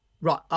Right